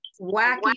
wacky